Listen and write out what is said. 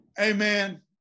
Amen